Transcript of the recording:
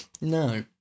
no